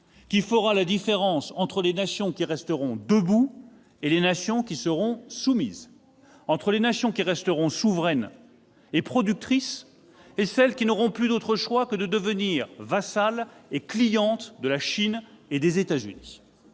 feront la différence entre les nations qui resteront debout et celles qui seront soumises, entre les nations qui demeureront souveraines et productrices et celles qui n'auront plus d'autre choix que de devenir vassales et clientes de la Chine et des États-Unis.